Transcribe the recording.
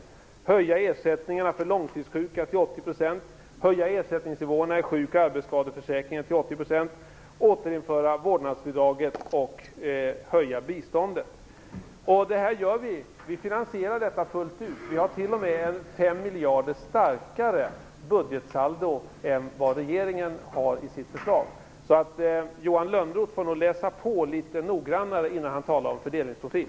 Vi vill höja ersättningarna till långtidssjuka till 80 %, höja ersättningarna i sjuk och arbetsskadeförsäkringarna till 80 %, återinföra vårdnadsbidraget samt höja biståndet. Detta finansierar vi fullt ut. Vi har t.o.m. ett 5 miljarder starkare budgetsaldo än vad regeringen har i sitt förslag. Johan Lönnroth får nog läsa på litet noggrannare innan han talar om fördelningsprofil.